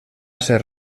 ser